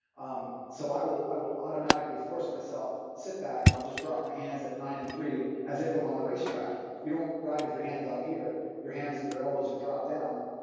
um so i will i will automatically force myself, sit back, and i'll just drop my hands at nine and three as if i'm on the race track. you don't ride with your hands out here, your hands at your elbows or dropped down.